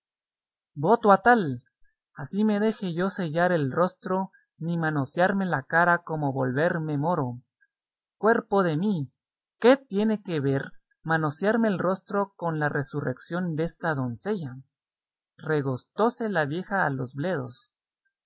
voto a tal así me deje yo sellar el rostro ni manosearme la cara como volverme moro cuerpo de mí qué tiene que ver manosearme el rostro con la resurreción desta doncella regostóse la vieja a los bledos